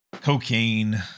cocaine